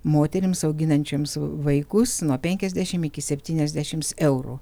moterims auginančioms vaikus nuo penkiasdešimt iki septyniasdešimt eurų